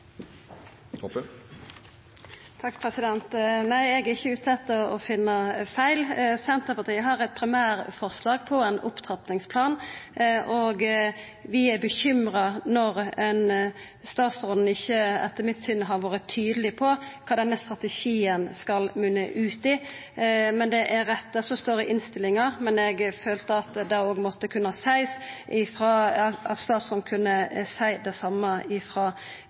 1 minutt. Nei, eg er ikkje ute etter å finna feil. Senterpartiet har eit primærforslag til ein opptrappingsplan. Vi er bekymra når statsråden etter mitt syn ikkje har vore tydeleg på kva denne strategien skal munna ut i. Det er rett det som står i innstillinga, men eg følte at det òg måtte kunna seiast, og at statsråden kunne seia det same